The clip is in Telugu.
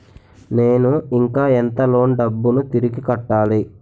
నేను ఇంకా ఎంత లోన్ డబ్బును తిరిగి కట్టాలి?